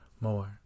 more